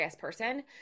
person